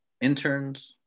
interns